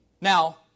Now